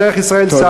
בדרך ישראל סבא.